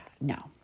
no